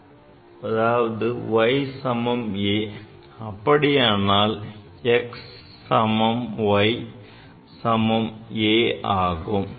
y சமம் a அப்படியானால் x சமம் y சமம் a ஆகும்